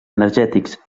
energètics